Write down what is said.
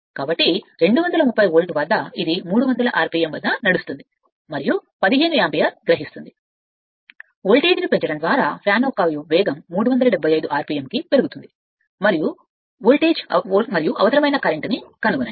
కాబట్టి 32 వోల్ట్ వద్ద ఇది 300 rpm వద్ద నడుస్తుంది మరియు 15 యాంపియర్ తీసుకుంటుంది వోల్టేజ్ను పెంచడం ద్వారా పంఖా యొక్క వేగాన్ని 375 rpm కి పెంచాలి వోల్టేజ్ మరియు అవసరమైన కరెంట్ను కనుగొనండి